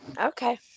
Okay